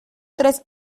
tres